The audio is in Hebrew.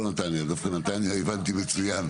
לא נתניה, דווקא את נתניה הבנתי מצוין.